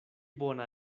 bona